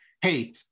hey